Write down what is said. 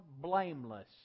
blameless